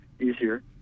easier